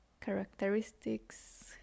characteristics